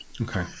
Okay